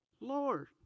Lord